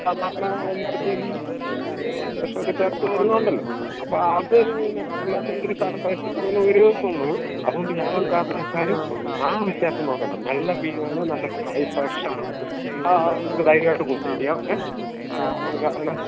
സാധാരണ എല്ലായിടത്തും ഈ വിഷമൊക്കെ ചേർത്തു വരുന്നുണ്ടല്ലോ അപ്പോള് അതു ഞങ്ങള്ക്കില്ലാത്തതുകൊണ്ട് സാറിന്റെ വശത്തൂനിന്നൊരു അതുകൊണ്ട് യാതൊരു കാരണവശാലും ആ വ്യത്യാസം നോക്കേണ്ട നല്ല മീനാണ് നല്ല ഫൈ ഫ്രഷാണ് ആ നമുക്ക് ധൈര്യമായിട്ട് ആ